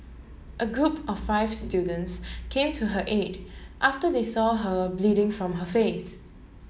a group of five students came to her aid after they saw her bleeding from her face